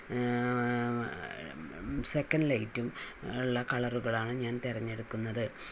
second ലൈറ്റും ഉള്ള കളറുകൾ ആണ് ഞാൻ തെരഞ്ഞെടുക്കുന്നത്